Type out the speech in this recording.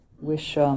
wish